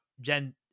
gen